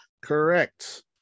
Correct